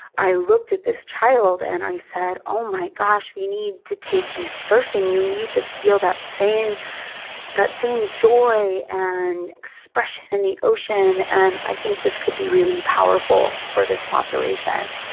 i looked at this child and i said, oh my gosh, we need to take you surfing, you need to that same that same joy and expression in the ocean, and i think this could be really powerful for this population.